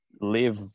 live